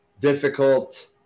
difficult